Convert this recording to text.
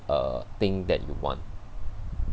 uh thing that you want